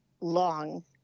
long